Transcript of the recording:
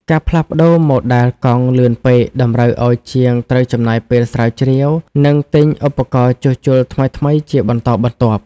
ការផ្លាស់ប្តូរម៉ូដែលកង់លឿនពេក តម្រូវឱ្យជាងត្រូវចំណាយពេលស្រាវជ្រាវ និងទិញឧបករណ៍ជួសជុលថ្មីៗជាបន្តបន្ទាប់។